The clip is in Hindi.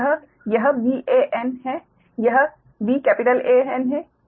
और यह यह VAn यह VAn है